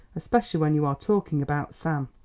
especially when you are talking about sam.